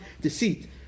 deceit